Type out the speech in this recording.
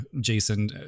Jason